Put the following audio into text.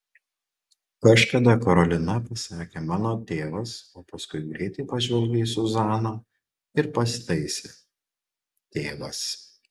kažkada karolina pasakė mano tėvas o paskui greitai pažvelgė į zuzaną ir pasitaisė tėvas